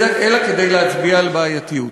אלא כדי להצביע על בעייתיות.